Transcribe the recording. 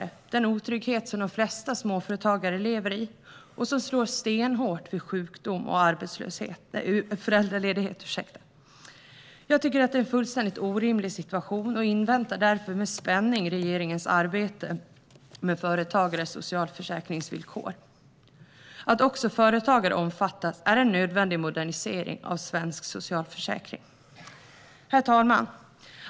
Det handlar om den otrygghet som de flesta småföretagare lever i och som slår stenhårt vid till exempel sjukdom och föräldraledighet. Jag tycker att det är en fullständigt orimlig situation och inväntar därför med spänning regeringens arbete om företagares socialförsäkringsvillkor. Att också företagare omfattas är en nödvändig modernisering av svensk socialförsäkring. Herr talman!